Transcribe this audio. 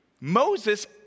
Moses